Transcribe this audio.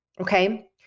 okay